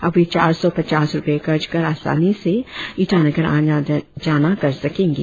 अब वे चार सौ पचास रुपये खर्च कर आसानी से ईटानगर आना जाना कर सकेंगे